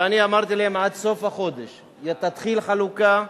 ואני אמרתי להם שעד סוף החודש תתחיל חלוקה.